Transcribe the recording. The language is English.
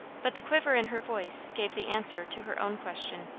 but the quiver in her voice gave the answer to her own question.